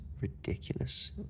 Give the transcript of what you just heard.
ridiculous